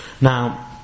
Now